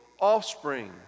offspring